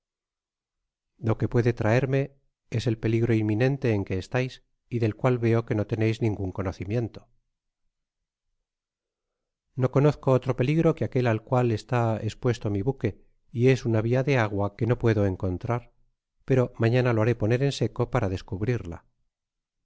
lo que puede traerme es el peligro inminente en que estais y del cual veo que no teneis ningun conoci to mi buque y es una via de agua que no puede encontrar pero mañana lo haré poner en seco para descubrirla